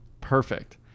Perfect